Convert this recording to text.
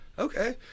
Okay